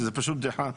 שזה פשוט בדיחה.